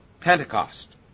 Pentecost